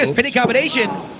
and pinning combination!